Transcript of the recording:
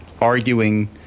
arguing